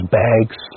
bags